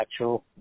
actual